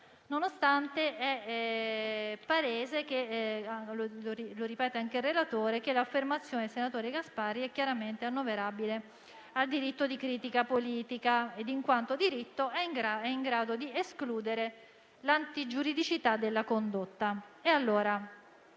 il relatore - che l'affermazione del senatore Gasparri sia chiaramente annoverabile al diritto di critica politica e, in quanto diritto, è in grado di escludere l'antigiuridicità della condotta.